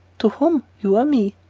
to whom, you or me?